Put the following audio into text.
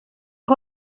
aho